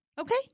Okay